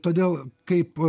todėl kaip